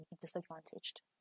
disadvantaged